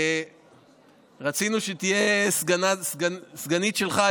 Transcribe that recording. רצינו שתהיה הסגנית שלך,